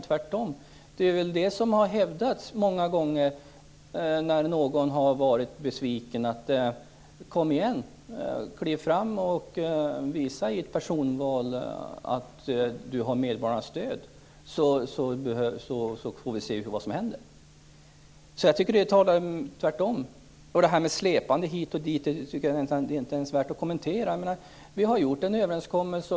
Tvärtom är det detta som hävdats många gånger när någon varit besviken. Man har sagt: Kom igen, kliv fram och visa i ett personval att du har medborgarnas stöd, så får vi se vad som händer. Jag tycker att det talar om det motsatta mot vad Peter Släpandet hit och dit är inte ens värt att kommentera. Vi har gjort en överenskommelse.